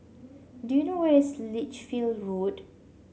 do you know where is Lichfield Road